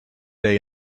day